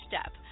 step